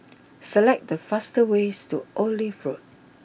select the fastest way to Olive Road